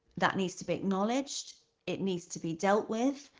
that needs to be acknowledged, it needs to be dealt with,